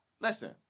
Listen